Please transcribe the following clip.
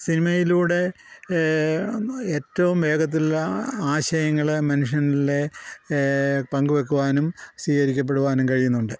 സിനിമയിലൂടെ അന്ന് ഏറ്റവും വേഗത്തിൽ ആശയങ്ങൾ മനുഷ്യനിലെ പങ്ക് വയ്ക്കുവാനും സ്വീകരിക്കപ്പെടുവാനും കഴിയുന്നുണ്ട്